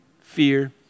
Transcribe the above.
fear